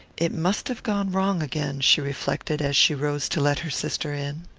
it must have gone wrong again, she reflected as she rose to let her sister in.